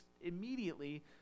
immediately